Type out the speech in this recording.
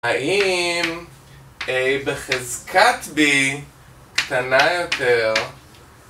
האם A בחזקת B קטנה יותר?